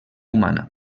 humana